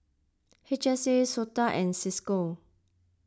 H S A Sota and Cisco